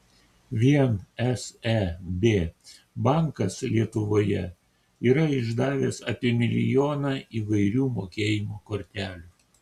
vien seb bankas lietuvoje yra išdavęs apie milijoną įvairių mokėjimo kortelių